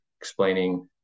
explaining